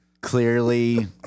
Clearly